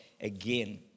again